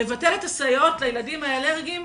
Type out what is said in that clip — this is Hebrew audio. לבטל את הסייעות לילדים האלרגיים,